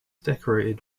decorated